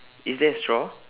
is there a straw